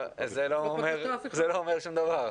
זה לא אומר שום דבר.